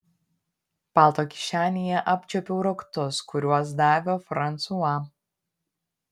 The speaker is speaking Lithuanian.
palto kišenėje apčiuopiau raktus kuriuos davė fransua